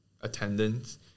attendance